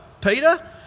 Peter